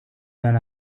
than